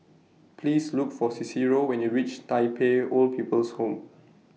Please Look For Cicero when YOU REACH Tai Pei Old People's Home